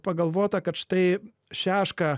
pagalvota kad štai šešką